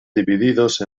divididos